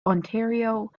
ontario